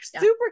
super